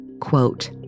Quote